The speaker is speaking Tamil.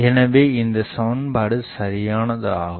எனவே இந்த சமன்பாடு சரியானது ஆகும்